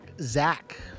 Zach